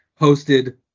hosted